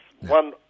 one